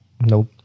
Nope